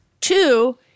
Two